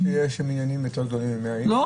אני חושב שיש מניינים יותר גדולים מ-100 איש.